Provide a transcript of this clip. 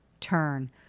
turn